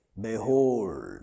Behold